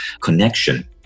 connection